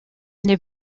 les